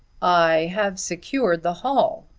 i have secured the hall,